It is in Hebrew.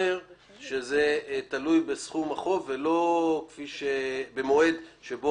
אומר שזה תלוי בסכום החוב ולא במועד שבו